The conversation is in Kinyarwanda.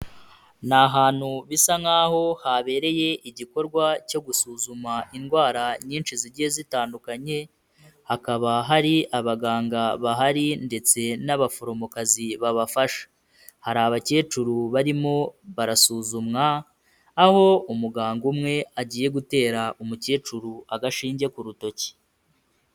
Ni ahantutu bisa nkaho habereye igikorwa cyo gusuzuma indwara nyinshi zigiye zitandukanye, hakaba hari abaganga bahari ndetse n'abaforomokazi babafasha. Hari abakecuru barimo barasuzumwa, aho umuganga umwe agiye gutera umukecuru agashinge ku rutoki.